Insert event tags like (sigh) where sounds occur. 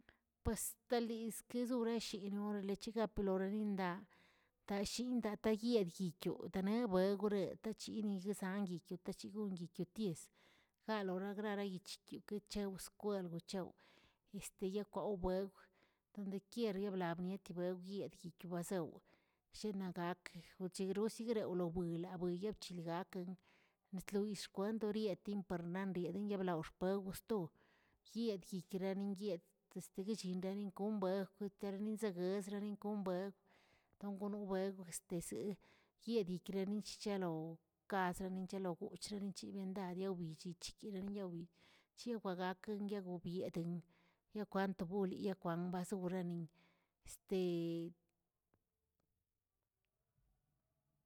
Pues taliz kazuu shinorleche ploririndaꞌa, tashinꞌdaꞌtayiꞌbiyoꞌ tenebueꞌgrə tachini anguigyoə chigon tetitiesꞌ jalolagrariyichikiochew kwel gucheoꞌ este yokwaoweb dondequier yoblabni diibeo bdguiꞌwazeoꞌ shenaa gakə oc̱higro zigroꞌobuela bwiyeꞌ chilgakeꞌn ax̱tloyitzkwlan dorietni parnan yeden yeblao xpewsto, yedgui nanin yedgə este yechingueriꞌ kombeuə terni nzekꞌ ezranigonbegə, tangani beguəeseꞌe este seꞌe, yeediguekriꞌi chialoꞌo kasrali yalogochrali debiendady guwichen echkeriyawengə akenyagobiꞌ yakwantogoli ambasowxeniꞌn. (hesitation)